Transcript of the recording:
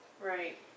Right